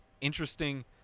interesting